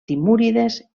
timúrides